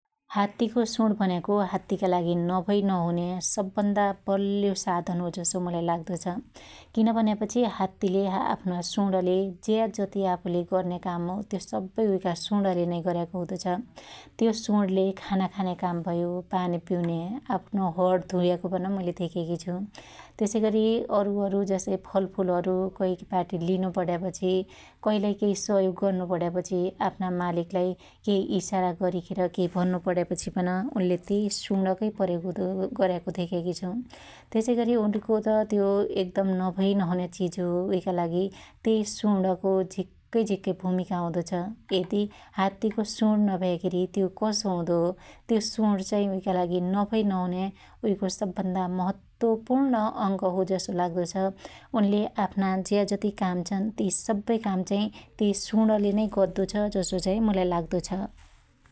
हात्तीको सुण भन्याको हात्तीका लागि नभई नहुन्या सब भन्दा बल्यो साधन हो जसो मुलाई लाग्दो छ । किन भन्यापछि हात्तिले आफ्नो सुडले ज्या जति आफुले गर्न्या काम हो त्यो सबै उईका सुणले नै गर्याको हुदो छ । त्यो सुणले खाना खान्या काम भयो पानि पिउन्या आफ्नो हण धुन्याको पन मुईले धेक्याकी छु । त्यसै गरी अरुअरु जसै फलफुलहरु कैक बाटी लिनुपणयापछि कैलाइ केइ सहयोग गर्नु पणयापछि आफ्ना मालिकलाई केइ ईशारा गरीखेर केइ भन्नु पणयापछि पन उनले त्यइ सुणकै प्रयोग हुदो गर्याको धेक्याकी छु । त्यसैगरी उडको त त्यो एकदम नभइनहुन्या चिज हो उइकालागि त्यइ सुणको झिक्कै झिक्कै भुमिका हुदो छ । यदि हात्तीको सुण नभयाखेरी त्यो कसो हुदो हो । त्यो सुण चाहि उइका लागि नभइनहुन्या उइको सब भन्दा महत्वपुर्ण अंग हो जसो लादो छ । उनले आफ्ना जे जति काम छन् ति सब्बै काम चाहि त्यइ सुणले नै गद्दो छ जसो चाहि मुलाई लाग्दो छ ।